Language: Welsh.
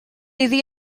iddi